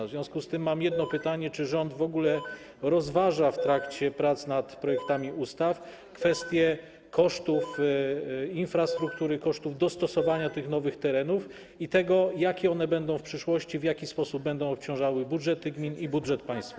W związku z tym mam jedno pytanie: Czy rząd w ogóle rozważa w trakcie prac nad projektami ustaw kwestie kosztów infrastruktury, kosztów dostosowania nowych terenów i tego, jakie one będą w przyszłości, w jaki sposób będą obciążały budżety gmin i budżet państwa?